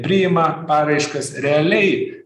priima paraiškas realiai